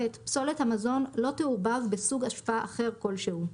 פסולת המזון לא תעורבב בסוג אשפה אחר כלשהו,